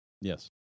yes